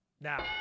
Now